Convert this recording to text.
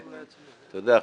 אתה יודע,